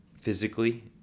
physically